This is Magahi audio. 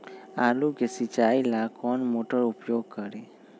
आलू के सिंचाई ला कौन मोटर उपयोग करी?